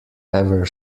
ever